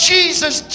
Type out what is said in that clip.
Jesus